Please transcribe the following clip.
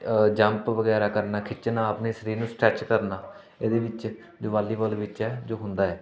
jump ਵਗੈਰਾ ਕਰਨਾ ਖਿੱਚਣਾ ਆਪਣੇ ਸਰੀਰ ਨੂੰ ਸਟਰੈਚ ਕਰਨਾ ਇਹਦੇ ਵਿੱਚ ਜੋ ਵਾਲੀਬੋਲ ਵਿੱਚ ਹੈ ਜੋ ਹੁੰਦਾ ਹੈ